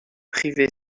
privé